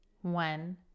One